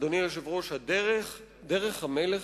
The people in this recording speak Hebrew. אדוני היושב-ראש, הדרך, דרך המלך,